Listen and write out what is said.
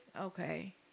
okay